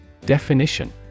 Definition